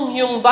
yung